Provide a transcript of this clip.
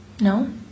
No